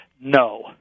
No